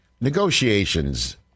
Negotiations